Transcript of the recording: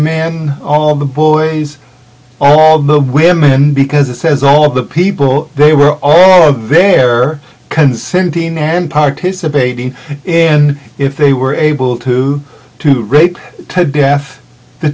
man all the boys all the women because it says all the people they were all there consenting and participating in if they were able to to rape to death the